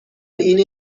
اینه